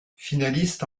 finaliste